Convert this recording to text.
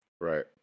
Right